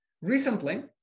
Recently